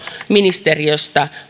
ulkoministeriöstä